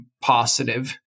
positive